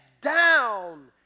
down